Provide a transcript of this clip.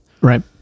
right